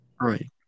Right